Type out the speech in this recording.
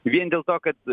vien dėl to kad